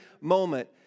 moment